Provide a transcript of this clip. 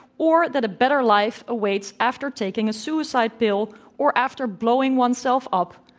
or that a better life awaits after taking a suicide pill or after blowing oneself up,